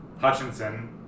Hutchinson